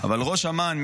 אבל ראש אמ"ן,